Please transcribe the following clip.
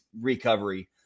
recovery